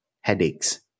headaches